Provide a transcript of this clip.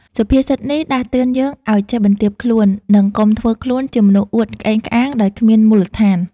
សុភាសិតនេះដាស់តឿនយើងឱ្យចេះបន្ទាបខ្លួន និងកុំធ្វើខ្លួនជាមនុស្សអួតក្អេងក្អាងដោយគ្មានមូលដ្ឋាន។